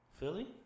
Philly